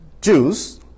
Jews